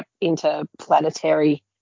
interplanetary